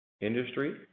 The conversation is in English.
industry